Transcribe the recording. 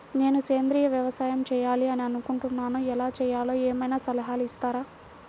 నేను సేంద్రియ వ్యవసాయం చేయాలి అని అనుకుంటున్నాను, ఎలా చేయాలో ఏమయినా సలహాలు ఇస్తారా?